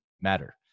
matter